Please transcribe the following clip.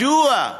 מדוע?